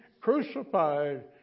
crucified